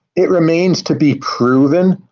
it remains to be proven.